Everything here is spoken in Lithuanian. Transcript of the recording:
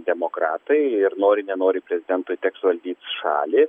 demokratai ir nori nenori prezidentui teks valdyt šalį